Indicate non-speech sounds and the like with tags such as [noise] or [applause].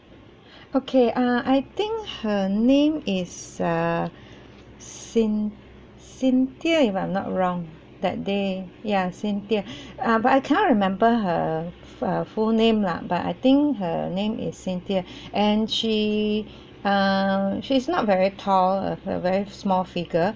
[breath] okay uh I think her name is err cyn~ cynthia if I'm not wrong that day ya cynthia [breath] uh but I cannot remember her uh full name lah but I think her name is cynthia [breath] and she [breath] err she is not very tall uh a very small figure